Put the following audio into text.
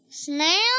Snail